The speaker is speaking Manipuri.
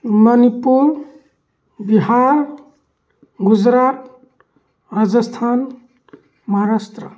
ꯃꯅꯤꯄꯨꯔ ꯕꯤꯍꯥꯔ ꯒꯨꯖꯔꯥꯠ ꯔꯥꯖꯁꯊꯥꯟ ꯃꯍꯥꯔꯥꯁꯇ꯭ꯔꯥ